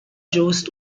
jost